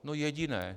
No jediné.